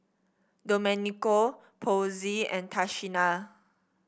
Domenico Posey and Tashina